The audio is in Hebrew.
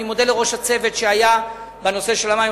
אני מודה לראש הצוות בנושא המים,